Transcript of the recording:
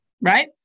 Right